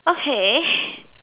okay